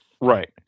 right